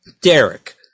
Derek